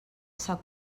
essa